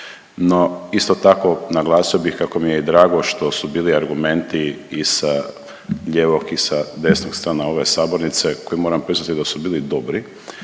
No isto tako naglasio bih kako mi je drago što su bili argumenti i sa lijevog i sa desne strane ove sabornice koje moram priznati da su bili dobri